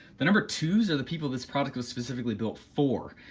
the number twos are the people this product was specifically built for,